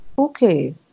okay